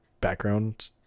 background